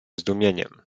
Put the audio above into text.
zdumieniem